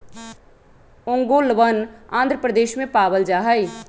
ओंगोलवन आंध्र प्रदेश में पावल जाहई